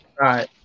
right